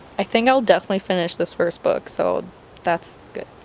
i think i'll definitely finish this first book so that's good,